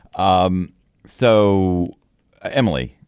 um so ah emily